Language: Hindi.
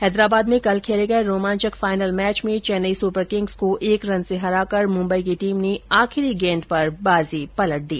हैदराबाद में कल खेले गये रोमांचक फाइनल मैच में चैन्नई सुपरकिंग्स को एक रन से हराकर मुम्बई की टीम ने आखिरी गेंद पर बाजी पलट ली